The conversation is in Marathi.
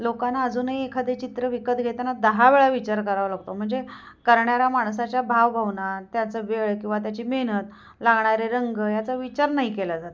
लोकांना अजूनही एखादे चित्र विकत घेताना दहा वेळा विचार करावा लागतो म्हणजे करणाऱ्या माणसाच्या भावभवना त्याचा वेळ किंवा त्याची मेहनत लागणारे रंग याचा विचार नाही केला जात